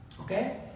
okay